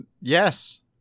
Yes